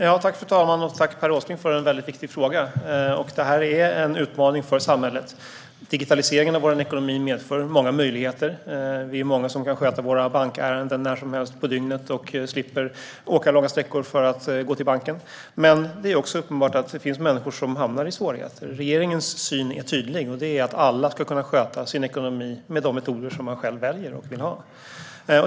Fru talman! Jag tackar Per Åsling för en väldigt viktig fråga. Detta är en utmaning för samhället. Digitaliseringen av vår ekonomi medför många möjligheter. Vi är många som kan sköta våra bankärenden när som helst på dygnet och därmed slipper att åka långa sträckor för att gå till banken. Men det är också uppenbart att det finns människor som hamnar i svårigheter. Regeringens syn är tydlig: Alla ska kunna sköta sin ekonomi med de metoder som man själv väljer och vill ha.